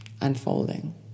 unfolding